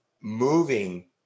moving